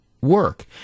work